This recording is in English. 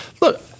Look